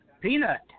Peanut